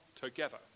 together